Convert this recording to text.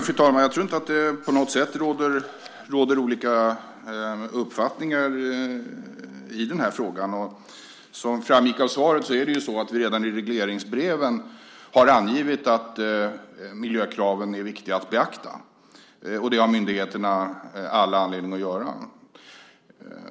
Fru talman! Jag tror inte att det på något sätt råder olika uppfattningar i denna fråga. Som framgick av svaret har vi redan i regleringsbreven angivit att miljökraven är viktiga att beakta. Och det har myndigheterna all anledning att göra.